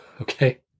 okay